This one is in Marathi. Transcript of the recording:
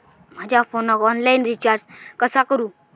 माझ्या फोनाक ऑनलाइन रिचार्ज कसा करू?